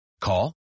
Call